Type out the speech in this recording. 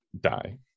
die